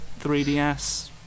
3DS